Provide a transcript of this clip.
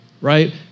right